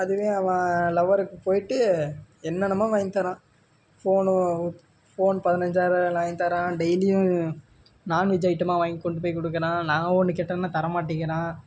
அதுவே அவன் லவ்வருக்கு போய்ட்டு என்ன என்னமோ வாங்கி தர்றான் ஃபோனு ஃபோன் பதினஞ்சாயர ரூபாய்ல வாங்கி தர்றான் டெய்லியும் நான்வெஜ் ஐட்டமாக வாங்கி கொண்டு போய் கொடுக்குறான் நான் ஒன்று கேட்டேன்னா தர மாட்டேங்கிறான்